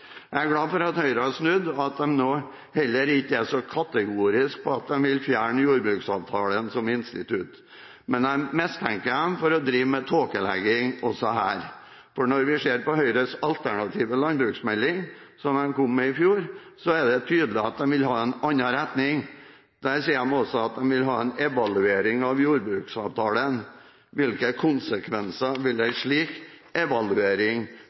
Jeg er glad for at Høyre har snudd, og at de nå heller ikke er så kategoriske på at de vil fjerne jordbruksavtalen som institutt. Men jeg mistenker dem for å drive med tåkelegging også her. Når vi ser på Høyres alternative landbruksmelding, som de kom med i fjor, er det tydelig at de vil ha en annen retning. Der sier de også at de vil ha en evaluering av jordbruksavtalen. Hvilke konsekvenser vil en slik evaluering